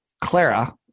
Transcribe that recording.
Clara